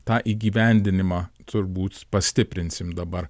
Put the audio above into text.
tą įgyvendinimą turbūt pastiprinsim dabar